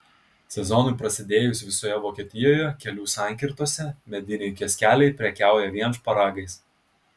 sezonui prasidėjus visoje vokietijoje kelių sankirtose mediniai kioskeliai prekiauja vien šparagais